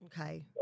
Okay